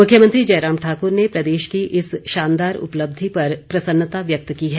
मुख्यमंत्री जयराम ठाकुर ने प्रदेश की इस शानदार उपलब्धि पर प्रसन्नता व्यक्त की है